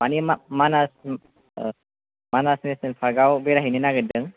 माने मानाससिम Manas national park आव बेरायहैनो नागिरदों